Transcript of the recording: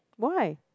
why